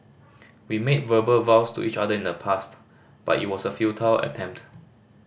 we made verbal vows to each other in the past but it was a futile attempt